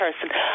person